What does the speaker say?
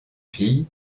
fille